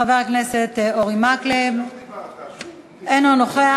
חבר הכנסת אורי מקלב אינו נוכח.